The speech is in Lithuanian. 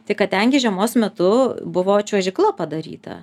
tik kad ten gi žiemos metu buvo čiuožykla padaryta